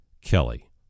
Kelly